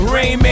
Rain